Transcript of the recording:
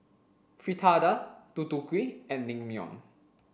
fritada Deodeok Gui and Naengmyeon